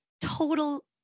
total